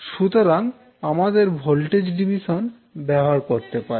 সুতরাং আমরা voltage division ব্যবহার করতে পারি